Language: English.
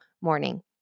morning